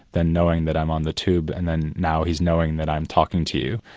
then knowing that i'm on the tube, and then now he's knowing that i'm talking to you,